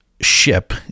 ship